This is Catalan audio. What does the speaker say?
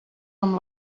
amb